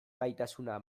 gaitasuna